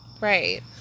right